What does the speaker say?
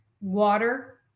water